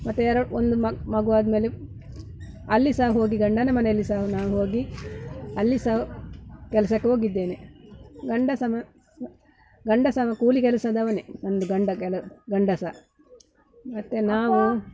ಮತ್ತು ಎರಡು ಒಂದು ಮಗು ಮಗು ಆದ್ಮೇಲು ಅಲ್ಲಿ ಸಹ ಹೋಗಿ ಗಂಡನ ಮನೆಯಲ್ಲಿ ಸಹ ನಾನು ಹೋಗಿ ಅಲ್ಲಿ ಸಹ ಕೆಲ್ಸಕ್ಕೆ ಹೋಗಿದ್ದೇನೆ ಗಂಡ ಸಮ ಸ ಗಂಡ ಸಹ ಕೂಲಿ ಕೆಲಸದವನೇ ನನ್ನದು ಗಂಡ ಕೆಲ ಗಂಡ ಸಹ ಮತ್ತೆ ನಾವು